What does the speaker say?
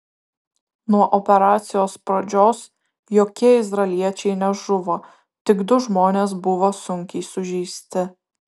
nuo operacijos pradžios jokie izraeliečiai nežuvo tik du žmonės buvo sunkiai sužeisti